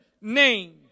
name